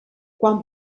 quan